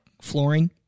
flooring